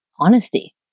honesty